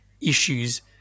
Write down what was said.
issues